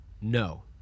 no